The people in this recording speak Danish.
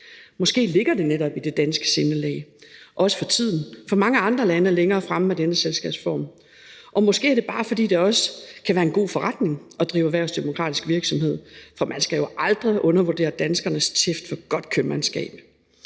Måske ligger det netop i det danske sindelag, også for tiden, men mange andre lande er længere fremme med denne selskabsform. Og måske er det, bare fordi det også kan være en god forretning at drive erhvervsdemokratisk virksomhed, for man skal jo aldrig undervurdere danskernes tæft for godt købmandskab.